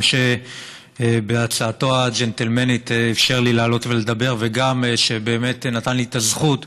גם שבהצעתו הג'נטלמנית אפשר לי לעלות ולדבר וגם שבאמת נתן לי את הזכות